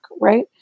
right